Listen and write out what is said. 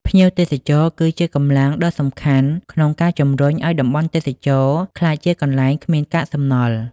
ភ្ញៀវទេសចរគឺជាកម្លាំងដ៏សំខាន់ក្នុងការជំរុញឱ្យតំបន់ទេសចរណ៍ក្លាយជាកន្លែងគ្មានកាកសំណល់។